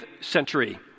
century